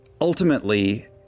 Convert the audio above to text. ultimately